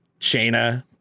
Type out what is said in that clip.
Shayna